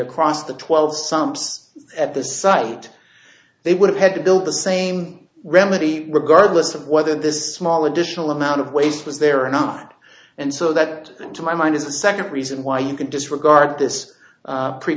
across the twelve sumps at the site they would have had to build the same remedy regardless of whether this small additional amount of waste was there or not and so that to my mind is a second reason why you can disregard this